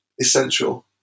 essential